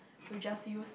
we just use